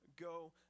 go